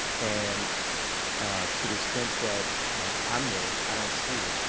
and to the extent that i'm there, i don't see it.